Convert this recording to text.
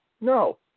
No